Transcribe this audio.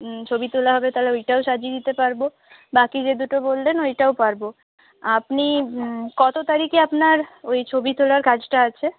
ছবি তোলা হবে তাহলে ওইটাও সাজিয়ে দিতে পারব বাকি যে দুটো বললেন ওইটাও পারব আপনি কত তারিখে আপনার ওই ছবি তোলার কাজটা আছে